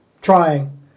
Trying